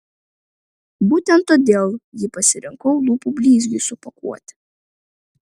būtent todėl jį pasirinkau lūpų blizgiui supakuoti